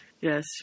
Yes